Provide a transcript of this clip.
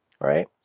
right